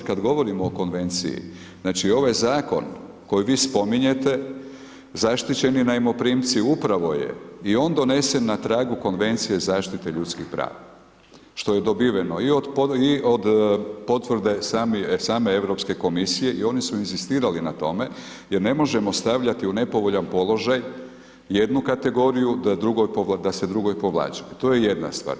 Kad govorimo o konvenciji znači ovaj zakon koji vi spominjete zaštićeni najmoprimci upravo je i on donesen na tragu konvencije zaštite ljudskih prava, što je dobiveno i od potvrde same Europske komisije i oni su inzistirali na tome jer ne možemo stavljati u nepovoljan položaj jednu kategoriju da se drugoj povlađuje, to je jedna stvar.